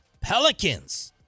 Pelicans